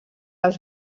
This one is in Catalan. als